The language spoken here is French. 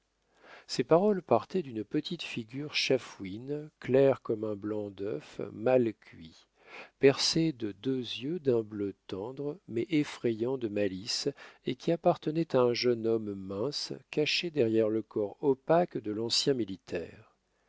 ces paroles partaient d'une petite figure chafouine claire comme un blanc d'œuf mal cuit percée de deux yeux d'un bleu tendre mais effrayants de malice et qui appartenait à un jeune homme mince caché derrière le corps opaque de l'ancien militaire